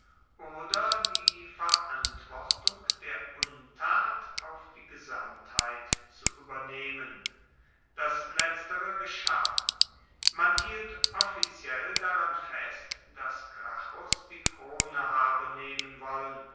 oder die verantwortung der untat auf die gesamtheit zu übernehmen das letztere geschah man hielt offiziell daran fest daß gracchus die krone habe nehmen wollen